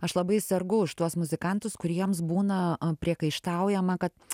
aš labai sergu už tuos muzikantus kuriems būna priekaištaujama kad